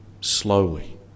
slowly